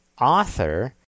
author